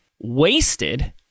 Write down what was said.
wasted